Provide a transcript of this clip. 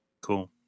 Cool